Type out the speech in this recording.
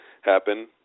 happen